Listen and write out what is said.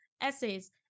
essays